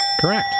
Correct